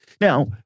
Now